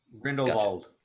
Grindelwald